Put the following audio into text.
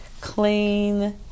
Clean